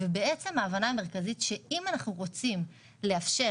אבל ההבנה המרכזית היא שאם אנחנו רוצים לאפשר